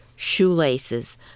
Shoelaces